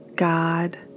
God